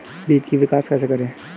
बीज का विकास कैसे होता है?